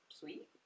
Sweet